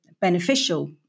beneficial